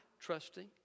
trusting